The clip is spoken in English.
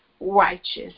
righteous